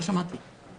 (הישיבה נפסקה בשעה 12:03 ונתחדשה בשעה 12:08.)